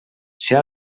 ser